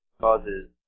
causes